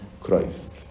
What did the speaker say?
Christ